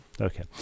Okay